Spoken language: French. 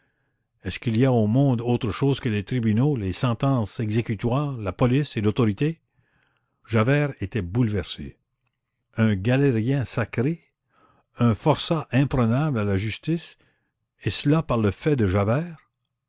est-ce qu'il y a au monde autre chose que les tribunaux les sentences exécutoires la police et l'autorité javert était bouleversé un galérien sacré un forçat imprenable à la justice et cela par le fait de javert